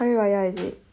hari raya is it